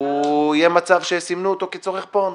הוא יהיה מצב שסימנו אותו כצורך פורנוגרפי.